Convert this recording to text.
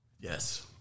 Yes